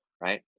right